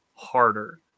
harder